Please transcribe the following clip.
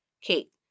Kate